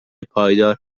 پایدار